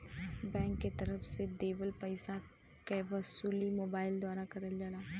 bank के तरफ से देवल पइसा के वसूली मोबाइल द्वारा करल जाला